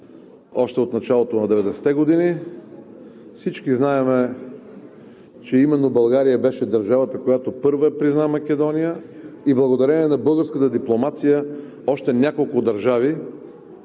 още от началото на деветдесетте години всички знаем, че именно България беше държавата, която първа призна Македония, и благодарение на българската дипломация още няколко държави